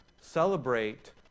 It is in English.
Celebrate